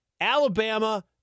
Alabama